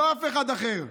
לא אף אחד אחר.